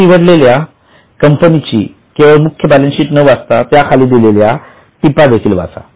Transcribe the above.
तुम्ही निवडलेल्या कंपनीची केवळ मुख्य बॅलन्स शीट न वाचता त्या खाली दिलेल्या टिपा देखील वाचा